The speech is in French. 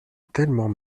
tellement